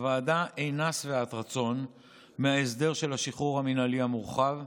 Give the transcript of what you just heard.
הוועדה אינה שבעת רצון מההסדר של שחרור מינהלי מורחב,